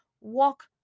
walk